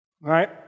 right